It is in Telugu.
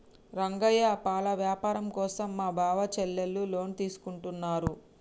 రంగయ్య పాల వ్యాపారం కోసం మా బావ చెల్లెలు లోన్ తీసుకుంటున్నారు